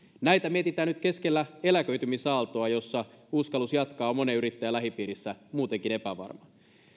näitä mietitään nyt keskellä eläköitymisaaltoa jossa uskallus jatkaa on monen yrittäjän lähipiirissä muutenkin epävarmaa